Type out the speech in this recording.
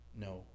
no